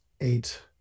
eight